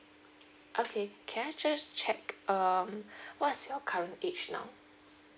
okay can I just check um what's your current age now